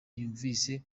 yumvise